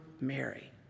Mary